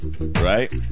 Right